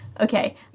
Okay